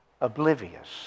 oblivious